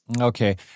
Okay